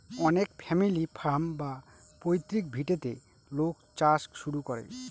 অনেক family farm বা পৈতৃক ভিটেতে লোক চাষ শুরু করে